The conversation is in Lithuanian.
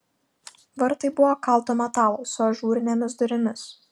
vartai buvo kalto metalo su ažūrinėmis durimis